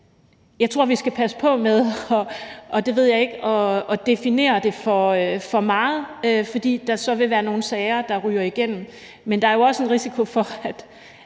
Jeg tror, vi skal passe på med at definere det for meget, fordi der så vil være nogle sager, der ryger igennem, men der er jo også en risiko for, at